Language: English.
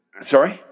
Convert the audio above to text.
Sorry